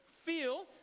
feel